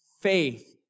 faith